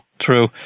true